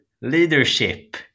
leadership